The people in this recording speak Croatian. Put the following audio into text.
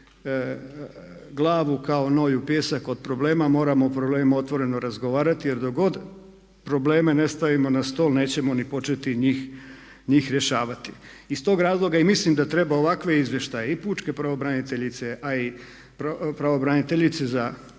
glavu kako noj u pijesak od problema, moramo o problemima otvoreno razgovarati jer dok god probleme ne stavimo na stol nećemo ni početni njih rješavati. Iz toga razloga i mislim da treba ovakve izvještaje i pučke pravobraniteljice a i pravobraniteljice za